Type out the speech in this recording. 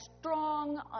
strong